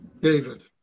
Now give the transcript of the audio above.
David